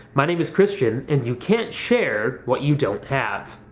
my name is christian, and you can't share what you don't have.